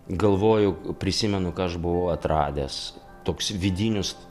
galvoju prisimenu ką aš buvau atradęs toks vidinius